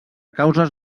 causes